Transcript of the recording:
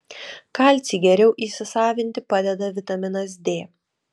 kalcį geriau įsisavinti padeda vitaminas d